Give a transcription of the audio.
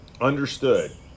understood